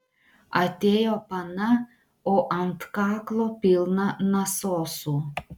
atėjo pana o ant kaklo pilna nasosų